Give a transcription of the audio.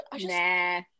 nah